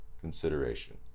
consideration